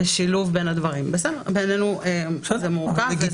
בעינינו זה מורכב.